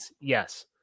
Yes